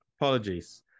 Apologies